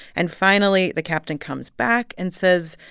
and finally, the captain comes back and says,